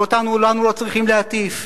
וגם: לנו לא צריכים להטיף.